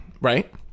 right